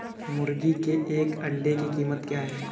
मुर्गी के एक अंडे की कीमत क्या है?